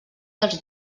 dels